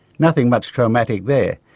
nothing much traumatic there,